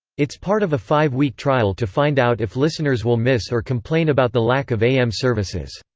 it's part of a five week trial to find out if listeners will miss or complain about the lack of am services.